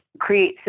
create